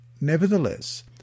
Nevertheless